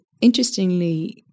interestingly